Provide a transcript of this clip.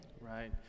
Right